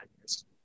years